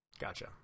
Gotcha